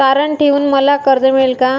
तारण ठेवून मला कर्ज मिळेल का?